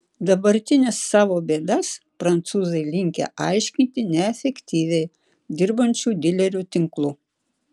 dabartines savo bėdas prancūzai linkę aiškinti neefektyviai dirbančiu dilerių tinklu